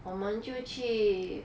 我们就去